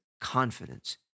confidence